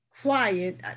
quiet